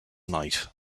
night